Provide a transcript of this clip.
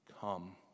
come